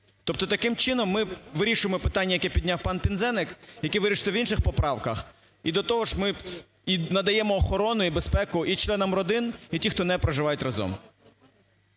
Тобто таким чином ми вирішуємо питання, яке підняв пан Пинзеник, який вирішується в інших поправках, і до того ж ми надаємо охорону і безпеку і членам родин, і ті, хто не проживають разом.